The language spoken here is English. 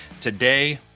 Today